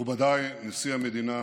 מכובדיי, נשיא המדינה